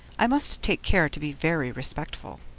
i must take care to be very respectful.